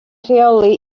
rheoli